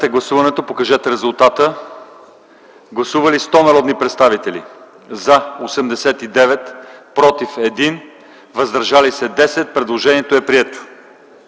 Гласували 102 народни представители: за 88, против няма, въздържали се 14. Предложението е прието.